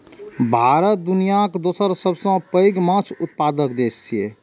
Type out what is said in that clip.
भारत दुनियाक दोसर सबसं पैघ माछ उत्पादक देश छियै